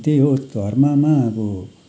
त्यही हो धर्ममा अब